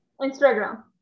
Instagram